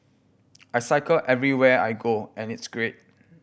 I cycle everywhere I go and it's great